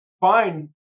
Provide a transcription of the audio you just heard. fine